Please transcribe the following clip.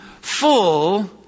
full